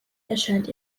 erscheint